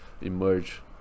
emerge